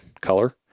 color